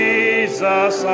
Jesus